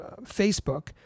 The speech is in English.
Facebook